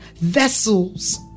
vessels